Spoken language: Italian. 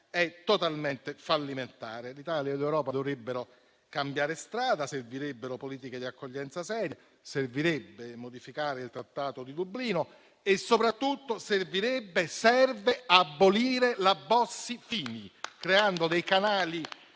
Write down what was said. è totalmente fallimentare. L'Italia e l'Europa dovrebbero cambiare strada: servirebbero politiche di accoglienza serie; servirebbe modificare il Trattato di Dublino; soprattutto serve abolire la cosiddetta legge